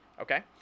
Okay